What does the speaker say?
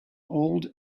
old